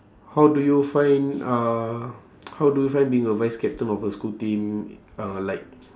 how do you find uh how do you find being a vice-captain of a school team uh like